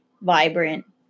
vibrant